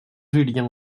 julien